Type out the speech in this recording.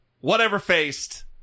whatever-faced